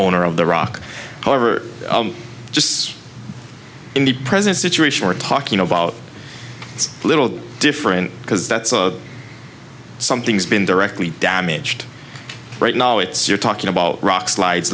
owner of the rock however just in the present situation we're talking about it's a little different because that's something's been directly damaged right now it's you're talking about rock slides